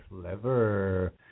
Clever